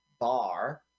bar